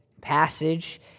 passage